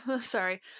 sorry